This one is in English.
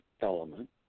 element